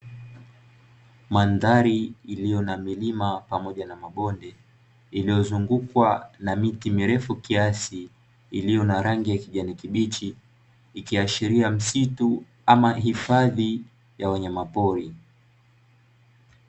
Mandhari iliyo na milima pamoja na mabonde, iliyozungukwa na miti mirefu kiasi, iliyo na rangi ya kijani kibichi, ikiashiria msitu ama hifadhi ya wanyama pori.